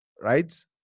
right